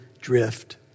drift